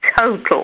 total